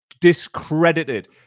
Discredited